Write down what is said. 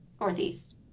northeast